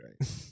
right